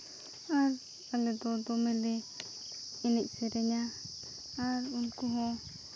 ᱟᱨ ᱟᱞᱮᱫᱚ ᱫᱚᱢᱮᱞᱮ ᱮᱱᱮᱡ ᱥᱮᱨᱮᱧᱟ ᱟᱨ ᱩᱱᱠᱩ ᱦᱚᱸ